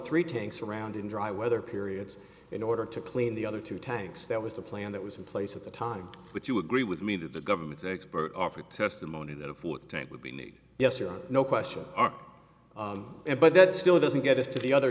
three tanks around in dry weather periods in order to clean the other two tanks that was the plan that was in place at the time but you agree with me that the government's expert offered testimony that a full tank would be need yes or no question are but that still doesn't get us to the other